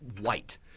white